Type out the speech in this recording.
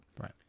right